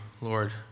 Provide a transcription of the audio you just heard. Lord